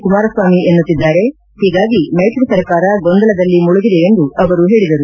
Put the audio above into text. ಕುಮಾರಸ್ವಾಮಿ ಎನ್ನುತ್ತಿದ್ದಾರೆ ಹೀಗಾಗಿ ಮೈತ್ರಿ ಸರ್ಕಾರ ಗೊಂದಲದಲ್ಲಿ ಮುಳುಗಿದೆ ಎಂದು ಅವರು ಹೇಳಿದರು